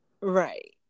Right